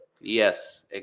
Yes